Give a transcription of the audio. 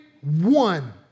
one